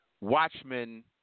Watchmen